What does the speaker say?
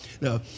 No